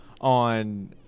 on